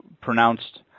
pronounced